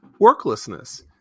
worklessness